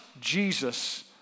Jesus